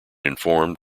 informed